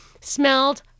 smelled